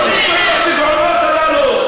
תפסיקו עם השיגעונות הללו.